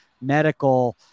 medical